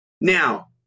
Now